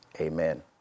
Amen